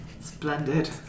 Splendid